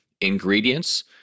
ingredients